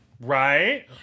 Right